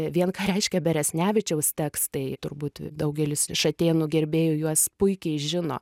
vien ką reiškia beresnevičiaus tekstai turbūt daugelis iš atėnų gerbėjų juos puikiai žino